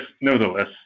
nevertheless